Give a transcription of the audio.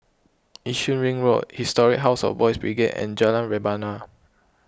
Yishun Ring Road History House of Boys' Brigade and Jalan Rebana